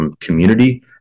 community